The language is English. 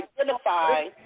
identify